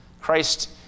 Christ